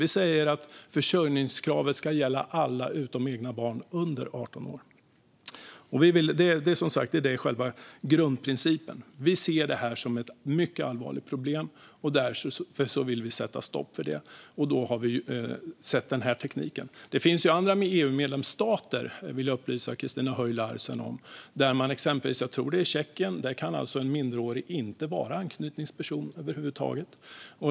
Vi säger att försörjningskravet ska gälla alla utom egna barn under 18 år. Det är själva grundprincipen. Vi ser det här som ett mycket allvarligt problem, och därför vill vi sätta stopp för det. Då har vi sett den här tekniken. Jag vill upplysa Christina Höj Larsen om att det finns andra EU-medlemsstater där exempelvis - jag tror att det är i Tjeckien - en minderårig inte kan vara anknytningsperson över huvud taget.